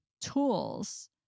tools